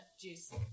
juice